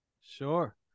Sure